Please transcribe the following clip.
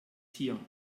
tier